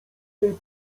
jej